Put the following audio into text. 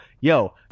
yo